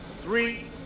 Three